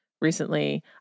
recently